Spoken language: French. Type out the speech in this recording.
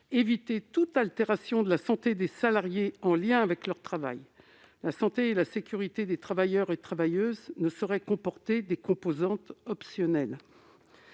éviter toute altération de la santé des salariés en lien avec leur travail. La santé et la sécurité des travailleurs ne sauraient comporter des composantes optionnelles.